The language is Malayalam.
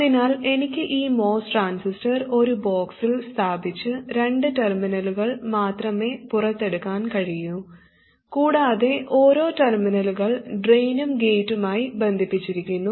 അതിനാൽ എനിക്ക് ഈ MOS ട്രാൻസിസ്റ്റർ ഒരു ബോക്സിൽ സ്ഥാപിച്ച് രണ്ട് ടെർമിനലുകൾ മാത്രമേ പുറത്തെടുക്കാൻ കഴിയൂ കൂടാതെ ഓരോ ടെർമിനലുകൾ ഡ്രെയിനും ഗേറ്റുമായി ബന്ധിപ്പിച്ചിരിക്കുന്നു